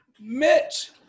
Mitch